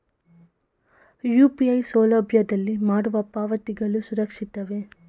UPI ಸೌಲಭ್ಯದಲ್ಲಿ ಮಾಡುವ ಪಾವತಿಗಳು ಸುರಕ್ಷಿತವೇ?